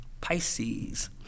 Pisces